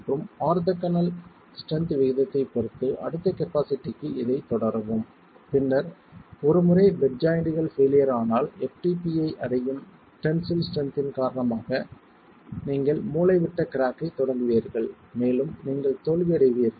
மற்றும் orthogonal strength விகிதத்தைப் பொறுத்து அடுத்த கெப்பாசிட்டிக்கு இதைத் தொடரவும் பின்னர் ஒருமுறை பெட் ஜாய்ண்ட்கள் ஃபெயிலியர் ஆனால் ftp ஐ அடையும் டென்சில் ஸ்ட்ரெஸ்ஸின் காரணமாக நீங்கள் மூலைவிட்ட கிராக்கைத் தொடங்குவீர்கள் மேலும் நீங்கள் தோல்வியடைவீர்கள்